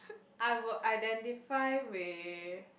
I would identify with